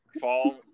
fall